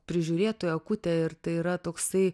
prižiūrėtojo akutę ir tai yra toksai